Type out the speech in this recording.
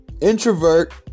introvert